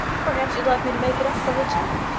perhaps you'd like me to make it up for her, too,